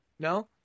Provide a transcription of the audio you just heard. No